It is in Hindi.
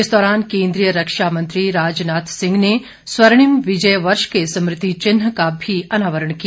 इस दौरान केन्द्रीय रक्षा मंत्री राजनाथ सिंह ने स्वर्णिम विजय वर्ष के स्मृति चिन्ह का भी अनावरण किया